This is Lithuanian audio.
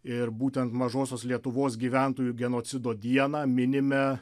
ir būtent mažosios lietuvos gyventojų genocido dieną minime